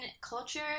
culture